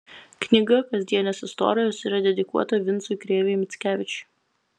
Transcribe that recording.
knyga kasdienės istorijos yra dedikuota vincui krėvei mickevičiui